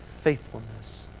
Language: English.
Faithfulness